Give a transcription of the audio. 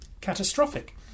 catastrophic